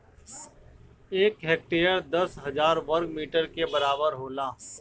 एक हेक्टेयर दस हजार वर्ग मीटर के बराबर होला